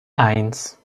eins